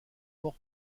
port